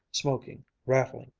smoking, rattling,